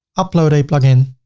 upload a plugin,